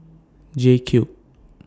J Cube